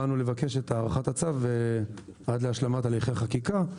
באנו לבקש את הארכת הצו עד להשלמת הליכי החקיקה.